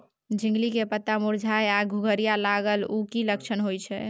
झिंगली के पत्ता मुरझाय आ घुघरीया लागल उ कि लक्षण होय छै?